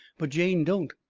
but jane don't.